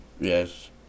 Yes